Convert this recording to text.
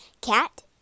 Cat